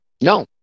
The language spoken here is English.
No